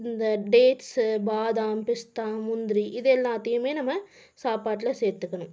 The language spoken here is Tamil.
இந்த டேட்ஸ் பாதாம் பிஸ்தா முந்திரி இது எல்லாத்தையும் நம்ம சாப்பாட்டில் சேர்த்துக்கணும்